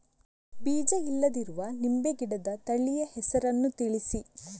ಬೀಜ ಇಲ್ಲದಿರುವ ನಿಂಬೆ ಗಿಡದ ತಳಿಯ ಹೆಸರನ್ನು ತಿಳಿಸಿ?